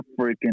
freaking